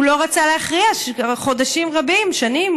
הוא לא רצה להכריע חודשים רבים, שנים.